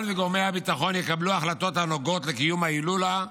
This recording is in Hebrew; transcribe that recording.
יקבלו החלטות הנוגעות לקיום ההילולה,